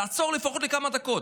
תעצור לפחות לכמה דקות.